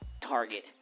Target